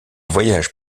voyage